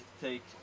take